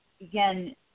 again